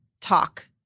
talk